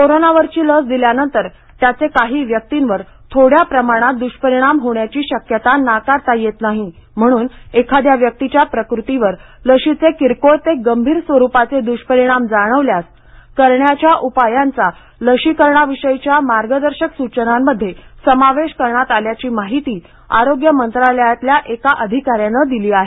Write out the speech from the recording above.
कोरोनावरची लस दिल्यानंतर त्याचे काही व्यक्तींवर थोड्या प्रमाणात द्ष्परिणाम होण्याची शक्यता नाकारता येत नाही म्हणून एखाद्या व्यक्तीच्या प्रकृतीवर लशीचे किरकोळ ते गंभीर स्वरुपाचे दुष्परिणाम जाणवल्यास करण्याच्या उपायांचा लशीकरणाविषयीच्या मार्गदर्शक सूचनांमध्ये समावेश करण्यात आला असल्याची माहिती आरोग्य मंत्रालयातल्या एका अधिकाऱ्यानं दिली आहे